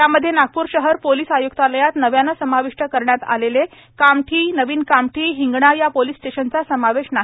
त्यामध्ये नागपूर शहर पोलीस आय्क्तालयात नव्याने समाविष्ट करण्यात आलेले कामठी नवीन कामठी हिंगणा या पोलीस स्टेशनचा समावेश नाही